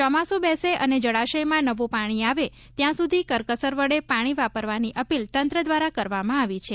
ચોમાસુ બેસે અને જળાશયમાં નવું પાણી આવે ત્યાં સુધી કરકસર વડે પાણી વાપરવાની અપીલ તંત્ર દ્વારા કરવામાં આવી છે